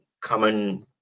common